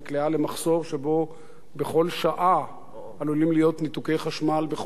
שבו בכל שעה עלולים להיות ניתוקי חשמל בכל הארץ.